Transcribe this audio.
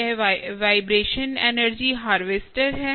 यह vibration energy harvester है